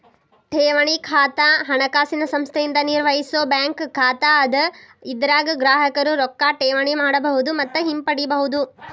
ಠೇವಣಿ ಖಾತಾ ಹಣಕಾಸಿನ ಸಂಸ್ಥೆಯಿಂದ ನಿರ್ವಹಿಸೋ ಬ್ಯಾಂಕ್ ಖಾತಾ ಅದ ಇದರಾಗ ಗ್ರಾಹಕರು ರೊಕ್ಕಾ ಠೇವಣಿ ಮಾಡಬಹುದು ಮತ್ತ ಹಿಂಪಡಿಬಹುದು